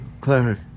Claire